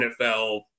NFL